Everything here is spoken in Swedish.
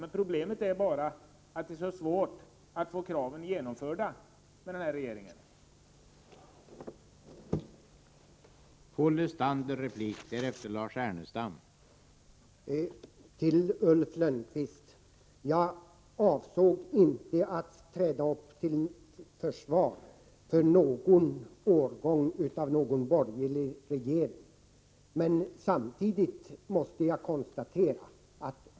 Men problemet är bara att det med denna regering är så svårt att få kraven genomförda.